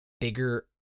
bigger